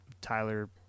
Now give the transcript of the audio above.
tyler